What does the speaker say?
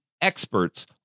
experts